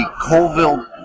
Colville